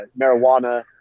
marijuana